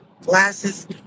Glasses